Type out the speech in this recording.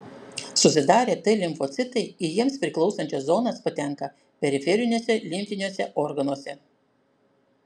susidarę t limfocitai į jiems priklausančias zonas patenka periferiniuose limfiniuose organuose